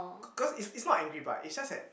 cause cause it's it's not angry but it's just that